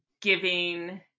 giving